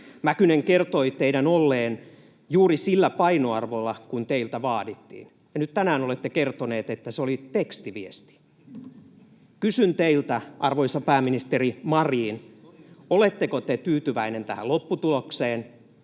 Mäkynen kertoi teidän olleen juuri sillä painoarvolla kuin teiltä vaadittiin. Nyt tänään olette kertonut, että se oli tekstiviesti. Kysyn teiltä, arvoisa pääministeri Marin: Oletteko te tyytyväinen tähän lopputulokseen,